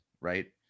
right